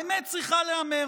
האמת צריכה להיאמר: